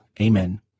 Amen